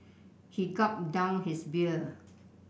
he gulped down his beer